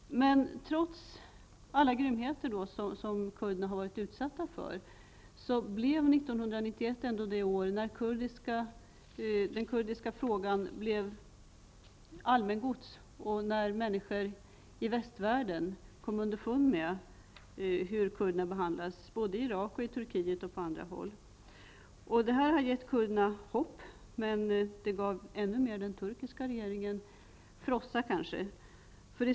Trots alla grymheter som kurderna har varit utsatta för blev 1991 ändå det år då den kurdiska frågan blev allmänt uppmärksammad och när människor i västvärlden kom underfund med hur kurderna behandlas både i Irak och i Turkiet och på andra håll. Det här har gett kurderna hopp, men den turkiska regeringen har kanske fått frossa.